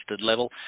level